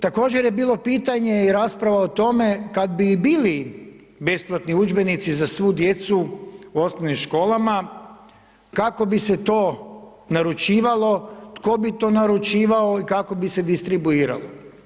Također je bilo pitanje i rasprava o tome kad bi i bili besplatni udžbenici za svu djecu u osnovnim školama, kako bi se to naručivalo, tko bi to naručivao i kako bi se distribuiralo.